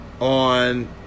on